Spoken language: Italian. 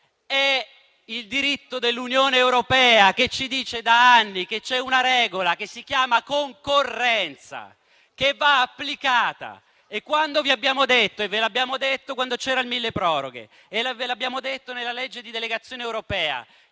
È il diritto dell'Unione europea che ci dice da anni che c'è una regola che si chiama concorrenza che va applicata. Vi abbiamo detto quando c'era il milleproroghe e in occasione della legge di delegazione europea